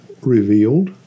revealed